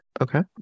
Okay